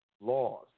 laws